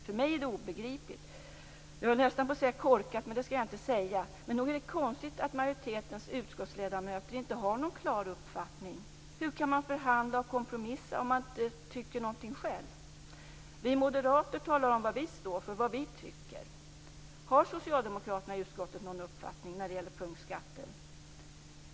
För mig är det obegripligt - jag höll nästan på att säga "korkat", men det skall jag inte säga. Men nog är det konstigt att majoritetens utskottsledamöter inte har någon klar uppfattning. Hur kan man förhandla och kompromissa om man inte tycker någonting själv? Vi moderater talar om vad vi står för och vad vi tycker. Har socialdemokraterna i utskottet någon uppfattning när det gäller punktskatter?